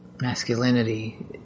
Masculinity